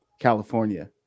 California